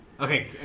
Okay